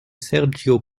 sergio